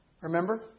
Remember